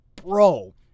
Bro